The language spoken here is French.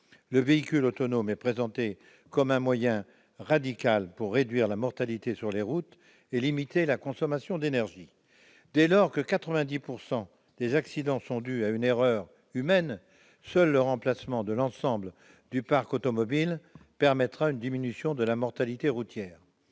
Le véhicule autonome est présenté comme un moyen radical de réduire la mortalité sur les routes et de limiter la consommation d'énergie. Dès lors que 90 % des accidents sont dus à une erreur humaine, seul le remplacement de l'ensemble du parc automobile permettra une diminution de la mortalité routière.